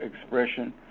expression